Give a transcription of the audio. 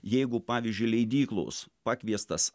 jeigu pavyzdžiui leidyklos pakviestas